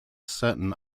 certain